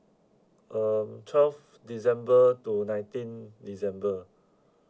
um twelve december to nineteen december